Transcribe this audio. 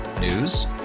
News